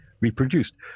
reproduced